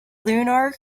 lunar